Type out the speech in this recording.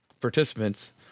participants